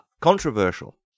Controversial